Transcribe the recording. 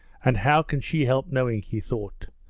and how can she help knowing he thought,